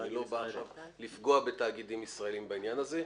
אני לא בא לפגוע בתאגידים ישראליים בעניין הזה.